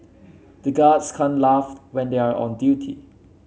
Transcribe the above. the guards can't laugh when they are on duty